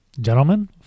Gentlemen